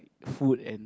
food and